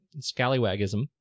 scallywagism